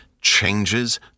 changes